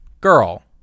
girl